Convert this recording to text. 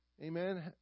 amen